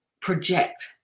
project